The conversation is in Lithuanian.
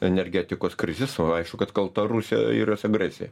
energetikos krizės o aišku kad kalta rusija ir jos agresija